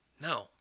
No